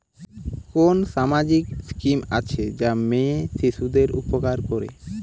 কোন সামাজিক স্কিম আছে যা মেয়ে শিশুদের উপকার করে?